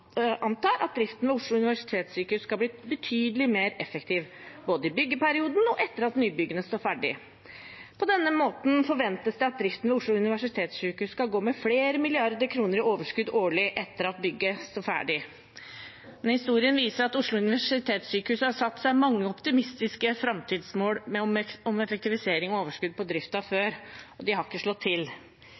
driften ved Oslo universitetssykehus skal bli betydelig mer effektiv, både i byggeperioden og etter at nybyggene står ferdig. På denne måten forventes det at driften ved Oslo universitetssykehus skal gå med flere milliarder kroner i overskudd årlig etter at bygget står ferdig. Men historien viser at Oslo universitetssykehus har satt seg mange optimistiske framtidsmål om effektivisering og overskudd på driften før, og de har ikke slått til.